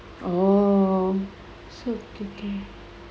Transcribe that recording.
orh